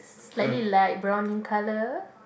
slightly light brown in colour